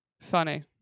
Funny